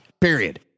period